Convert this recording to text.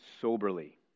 soberly